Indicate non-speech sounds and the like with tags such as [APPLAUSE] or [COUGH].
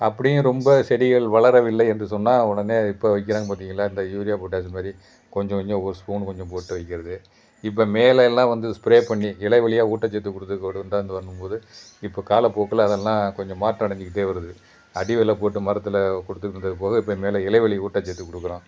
அப்படியும் ரொம்ப செடிகள் வளரவில்லை என்று சொன்னால் உடனே இப்போ வைக்கிறாங்க பார்த்தீங்களா இந்த யூரியா பொட்டாஷியம் மாதிரி கொஞ்சம் கொஞ்சம் ஒரு ஸ்பூன் கொஞ்சம் போட்டு வைக்கிறது இப்போ மேலே எல்லாம் வந்து ஸ்ப்ரே பண்ணி இலை வழியாக ஊட்டச்சத்து கொடுக்க [UNINTELLIGIBLE] வரும்போது இப்போ காலப்போக்கில் அதெல்லாம் கொஞ்சம் மாற்றம் அடைஞ்சுக்கிட்டே வருது அடி வேர்ல போட்டு மரத்தில் கொடுத்துட்ருந்தது போக இப்போ மேலே இலை வழி ஊட்டச்சத்து கொடுக்கறோம்